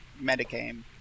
metagame